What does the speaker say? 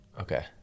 Okay